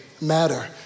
matter